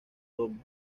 dome